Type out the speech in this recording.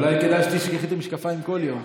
אולי כדאי שתשכחי את המשקפיים כל יום.